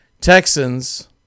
Texans